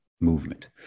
movement